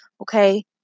okay